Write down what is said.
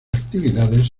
actividades